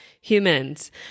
humans